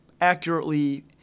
accurately